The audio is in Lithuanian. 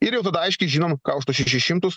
ir jau tada aiškiai žinom ką už tuos šešis šimtus